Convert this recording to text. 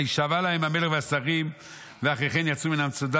וישבע להם המלך והשרים ואחרי כן יצאו מן המצודה.